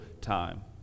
time